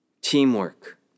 Teamwork